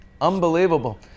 Unbelievable